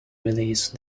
release